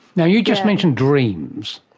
now, you just mentioned dreams.